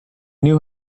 knew